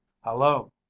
Hello